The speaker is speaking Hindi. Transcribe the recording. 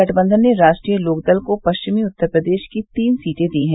गठबंधन ने राष्ट्रीय लोकदल को पश्चिमी उत्तर प्रदेश की तीन सीटें दी हैं